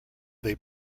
they